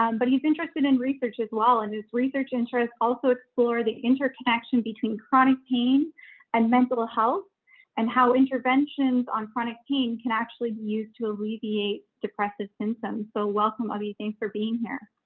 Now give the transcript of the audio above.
um but he's interested in research as well. and his research interests also explore the interconnection between chronic pain and mental health and how interventions on chronic pain can actually be used to alleviate depressive symptoms. so welcome abhi, thanks for being here.